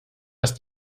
ist